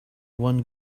one